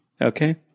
Okay